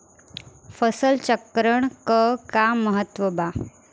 फसल चक्रण क का महत्त्व बा?